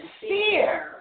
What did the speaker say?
fear